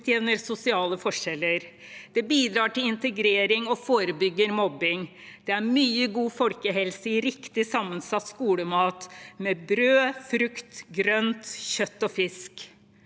utjevner sosiale forskjeller. Det bidrar til integrering og forebygger mobbing. Det er mye god folkehelse i riktig sammensatt skolemat, med brød, frukt, grønt, kjøtt og fisk.